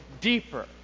deeper